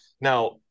Now